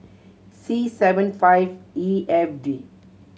C seven five E F D